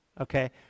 okay